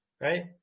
right